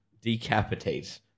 decapitate